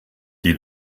die